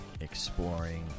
exploring